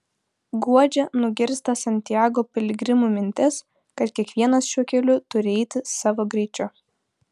guodžia nugirsta santiago piligrimų mintis kad kiekvienas šiuo keliu turi eiti savo greičiu